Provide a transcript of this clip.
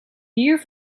hier